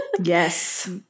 yes